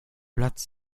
platz